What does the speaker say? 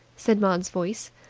said maud's voice.